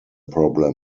problem